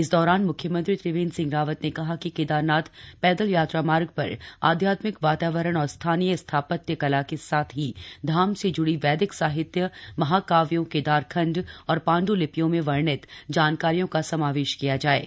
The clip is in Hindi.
इस दौरान मुख्यमंत्री त्रिवेन्द्र सिंह रावत ने कहा कि केदारनाथ पैदल यात्रा मार्ग पर आध्यात्मिक वातावरण और स्थानीय स्थापत्य कला के साथ ही धाम से ज्ड़ी वैदिक साहित्य माहाकाव्यों केदारखण्ड और पाण्ड्लिपियों में वर्णित जानकारियों का समावेश किया जायेगा